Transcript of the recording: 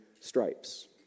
stripes